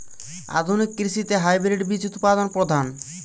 আধুনিক কৃষিতে হাইব্রিড বীজ উৎপাদন প্রধান